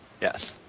Yes